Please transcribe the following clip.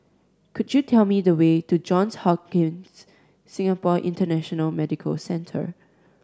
could you tell me the way to Johns Hopkins Singapore International Medical Centre